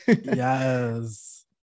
yes